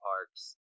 parks